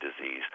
disease